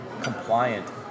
compliant